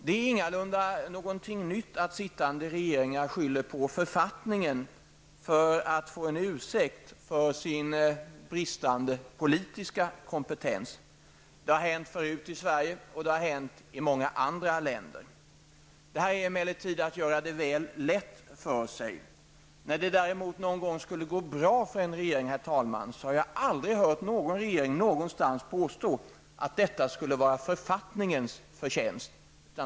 Det är ingalunda någonting nytt att sittande regeringar skyller på författningen för att få en ursäkt för sin bristande politiska kompetens. Det har hänt förut i Sverige, och det har hänt i många andra länder. Det är emellertid att göra det väl lätt för sig. När det däremot någon gång går bra för en regering, herr talman, har jag aldrig hört någon regering någonstans påstå att detta skulle vara författningens förtjänst.